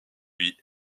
lui